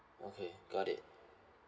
okay got it